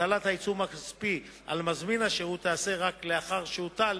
הטלת העיצום הכספי על מזמין השירות תיעשה רק לאחר שהוטל